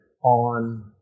on